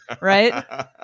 right